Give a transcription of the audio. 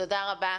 תודה רבה.